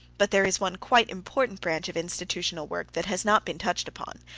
but there is one quite important branch of institutional work that has not been touched upon,